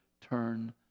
turn